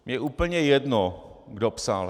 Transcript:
Mně je úplně jedno, kdo psal.